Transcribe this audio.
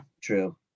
true